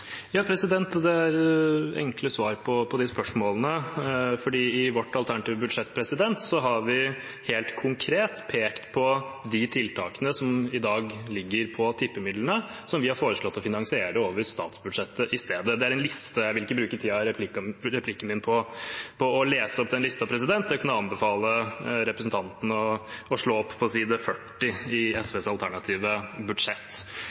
Det er enkle svar på de spørsmålene. I vårt alternative budsjett har vi helt konkret pekt på de tiltakene som i dag ligger på tippemidlene, og som vi har foreslått å finansiere over statsbudsjettet i stedet. Det er en liste. Jeg vil ikke bruke tiden i replikken min til å lese opp den listen, men jeg kan anbefale representanten å slå opp på side 40 i SVs alternative budsjett.